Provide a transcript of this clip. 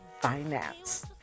finance